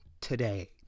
Today